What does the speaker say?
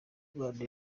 rwanda